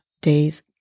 days